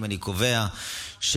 רבותיי חברי הכנסת,